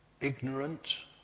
ignorant